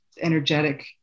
energetic